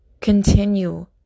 continue